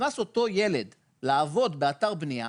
נכנס אותו ילד לעבוד באתר הבנייה,